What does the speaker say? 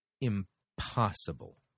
impossible